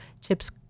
chips